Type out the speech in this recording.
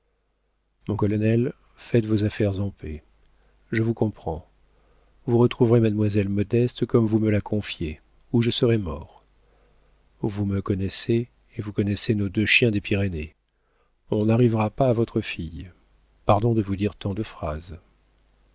mon colonel faites vos affaires en paix je vous comprends vous retrouverez mademoiselle modeste comme vous me la confiez ou je serais mort vous me connaissez et vous connaissez nos deux chiens des pyrénées on n'arrivera pas à votre fille pardon de vous dire tant de phrases